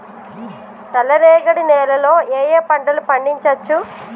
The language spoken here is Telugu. నల్లరేగడి నేల లో ఏ ఏ పంట లు పండించచ్చు?